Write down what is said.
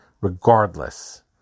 regardless